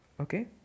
okay